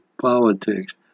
politics